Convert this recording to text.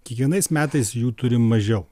kiekvienais metais jų turim mažiau